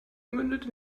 mündet